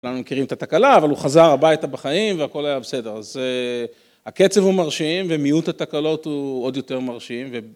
אנחנו מכירים את התקלה, אבל הוא חזר הביתה בחיים והכול היה בסדר. אז הקצב הוא מרשים ומיעוט התקלות הוא עוד יותר מרשים.